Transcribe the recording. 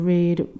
Read